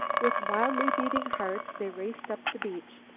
with wildly beating hearts they raced up the beach.